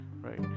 right